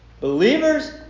Believers